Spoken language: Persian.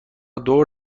دور